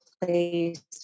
place